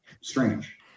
Strange